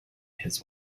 his